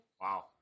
Wow